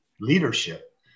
leadership